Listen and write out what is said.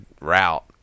route